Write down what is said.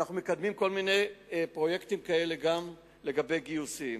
אנחנו מקדמים כל מיני פרויקטים כאלה גם לגבי גיוסים.